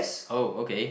oh okay